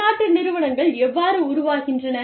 பன்னாட்டு நிறுவனங்கள் எவ்வாறு உருவாகின்றன